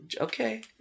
Okay